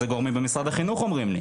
זה גורמים במשרד החינוך אומרים לי.